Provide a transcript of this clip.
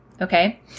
okay